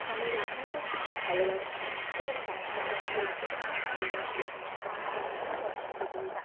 আমি রান্না করতে খুব ভালোবাসি এবং তার সাথে আমি লোকজনও খুব ভালোবাসি আমি একাকীত্ব একদমই পছন্দ করি না